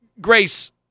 Grace